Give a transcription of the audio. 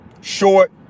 short